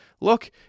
Look